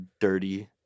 dirty